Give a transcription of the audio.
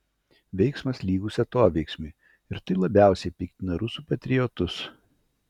veiksmas lygus atoveiksmiui ir tai labiausiai piktina rusų patriotus